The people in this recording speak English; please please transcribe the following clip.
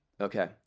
Okay